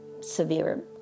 severe